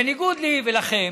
בניגוד לי ולכם,